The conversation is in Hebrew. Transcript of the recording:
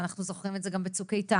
ואנחנו זוכרים את זה גם ב'צוק איתן'